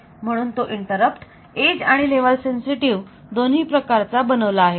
म्हणून तो interrupt edge आणि लेव्हल सेन्सिटिव्ह दोन्ही प्रकारचा बनवला आहे